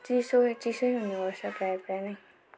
चिसो चिसै हुनेगर्छ प्रायः प्रायः नै